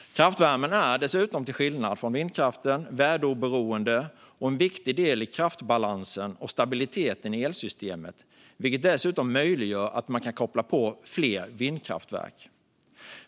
Kraftvärmen är dessutom, till skillnad från vindkraften, väderoberoende och en viktig del i kraftbalansen och stabiliteten i elsystemet, vilket gör att man även kan koppla på fler vindkraftverk.